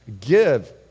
Give